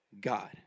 God